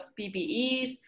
PPEs